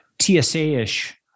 TSA-ish